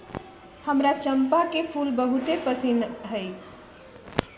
हमरा चंपा के फूल बहुते पसिन्न हइ